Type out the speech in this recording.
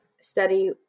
study